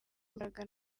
imbaraga